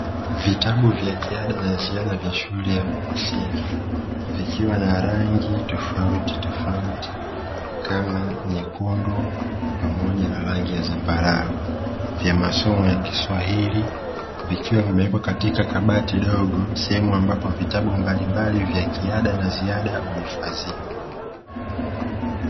Vitabu vya kiada na ziada vya shule ya msingi vikiwa na rangi tofauti tofauti kama nyekundu pamoja na zambarau, vya masomo ya kiswahili vikiwa vimewekwa katika kabati dogo , sehemu ambapo vitambu mbalimbali vya kiada na ziada uhifadhiwa.